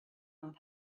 not